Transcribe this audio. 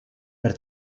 per